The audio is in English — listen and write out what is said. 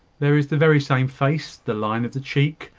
there is the very same face, the line of the cheek,